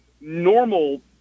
normal